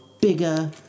bigger